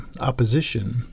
opposition